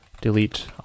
delete